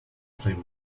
play